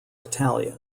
italian